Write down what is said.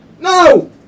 No